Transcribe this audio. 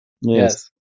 Yes